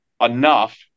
enough